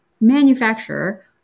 manufacturer